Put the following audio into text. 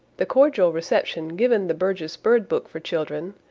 the cordial reception given the burgess bird book for children,